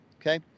Okay